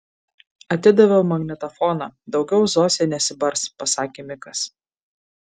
atidaviau magnetofoną daugiau zosė nesibars pasakė mikas